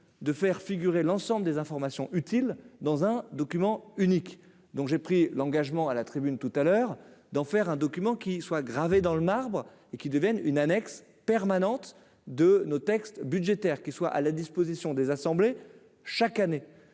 de faire figurer l'ensemble des informations utiles dans un document unique, donc j'ai pris l'engagement à la tribune tout à l'heure d'en faire un document qui soit gravé dans le marbre et qu'il devienne une annexe permanente de nos textes budgétaires qui soit à la disposition des assemblées chaque année